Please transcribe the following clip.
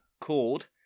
Called